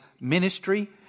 ministry